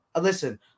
listen